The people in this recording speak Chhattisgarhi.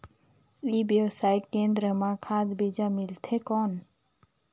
ई व्यवसाय केंद्र मां खाद बीजा मिलथे कौन?